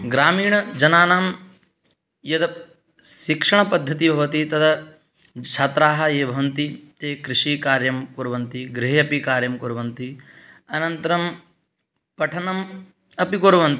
ग्रामीणजनानां यद् शिक्षणपद्धतिः भवति तद् छात्राः ये भवन्ति ते कृषिकार्यं कुर्वन्ति गृहे अपि कार्यं कुर्वन्ति अनन्तरं पठनम् अपि कुर्वन्ति